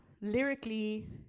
lyrically